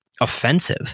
offensive